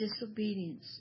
disobedience